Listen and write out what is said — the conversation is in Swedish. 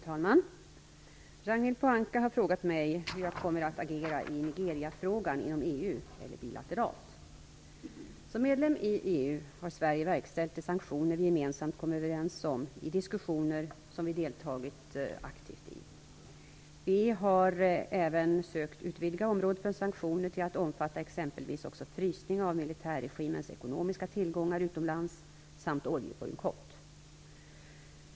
Fru talman! Ragnhild Pohanka har frågat mig hur jag kommer att agera i Nigeriafrågan inom EU eller bilateralt. Som medlem i EU har Sverige verkställt de sanktioner som vi gemensamt kommit överens om i diskussioner som vi deltagit aktivt i. Vi har även sökt utvidga området för sanktioner till att omfatta exempelvis också frysning av militärregimens ekonomiska tillgångar utomlands samt oljebojkott.